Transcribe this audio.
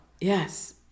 yes